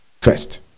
first